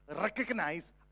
recognize